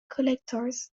collectors